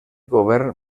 govern